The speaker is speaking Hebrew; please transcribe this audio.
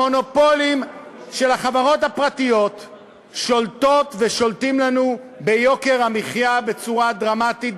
המונופולים של החברות הפרטיות שולטים לנו ביוקר המחיה בצורה דרמטית,